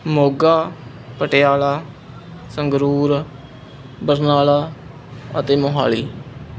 ਮੋਗਾ ਪਟਿਆਲਾ ਸੰਗਰੂਰ ਬਰਨਾਲਾ ਅਤੇ ਮੋਹਾਲੀ